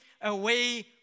away